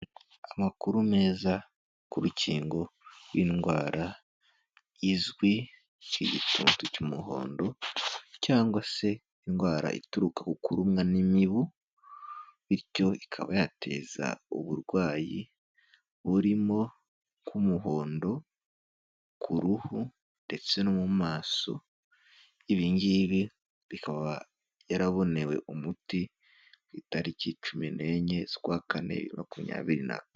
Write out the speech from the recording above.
Amakuru meza ku rukingo rw'indwara izwi nk'igitutu cy'umuhondo cyangwa se indwara ituruka ku kurumwa n'imibu bityo ikaba yateza uburwayi burimo ku muhondo, ku ruhu ndetse no mu maso, ibi ngibi bikaba yarabonewe umuti ku itariki cumi n'enye z'ukwa kane bibiri na makumyabiri na kane.